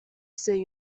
the